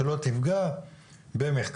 שלא תפגע במחקרים,